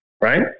Right